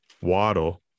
Waddle